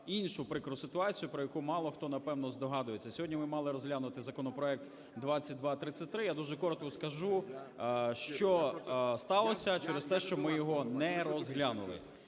іншу прикру ситуацію, про яку мало хто, напевно, здогадується. Сьогодні ми мали розглянути законопроект 2233, я дуже коротко скажу, що сталося через те, що ми його не розглянули.